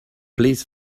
please